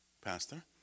pastor